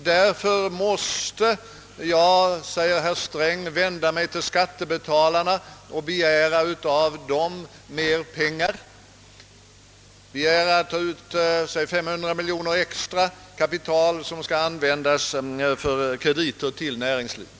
Därför måste herr Sträng vända sig till skattebetalarna och av dem begära 500 miljoner kronor extra, som skall användas för krediter till näringslivet.